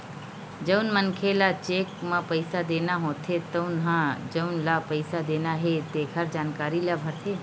जउन मनखे ल चेक म पइसा देना होथे तउन ह जउन ल पइसा देना हे तेखर जानकारी ल भरथे